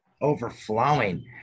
overflowing